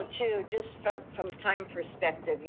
too, just from from a time perspective, and